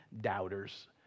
doubters